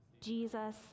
Jesus